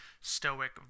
stoic